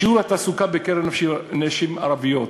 שיעור התעסוקה בקרב נשים ערביות